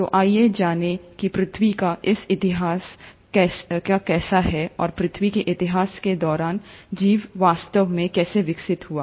तो आइए जानें कि पृथ्वी का इतिहास कैसा है और पृथ्वी के इतिहास के दौरान जीवन वास्तव में कैसे विकसित हुआ